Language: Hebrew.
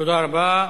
תודה רבה.